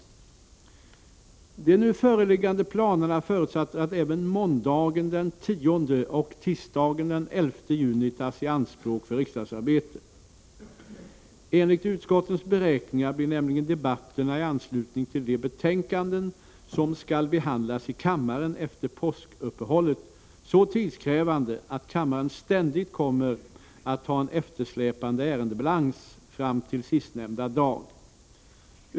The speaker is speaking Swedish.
De nu föreliggande planerna förutsätter att även måndagen den 10 och tisdagen den 11 juni tas i anspråk för riksdagsarbete. Enligt utskottens beräkningar blir nämligen debatterna i anslutning till de betänkanden som skall behandlas i kammaren efter påskuppehållet så tidskrävande att kammaren ständigt kommer att ha en eftersläpande ärendebalans fram till sistnämnda dag.